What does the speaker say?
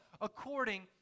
according